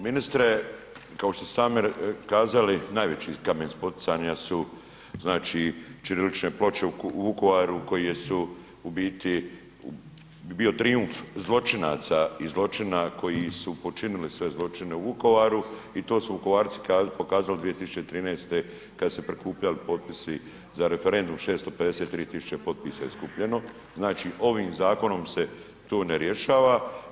Ministre kao što ste sami kazali, najveći kamen spoticanja su, znači, ćirilične ploče u Vukovaru, koje su u biti, bio bi trijumf zločinaca i zločina koji su počinili sve zločine u Vukovaru, i to su Vukovarci pokazali 2013.-te kad su se prikupljali potpisi za referendum, 653 tisuće potpisa je skupljeno, znači, ovim Zakonom se to ne rješava.